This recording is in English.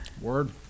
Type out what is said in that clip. Word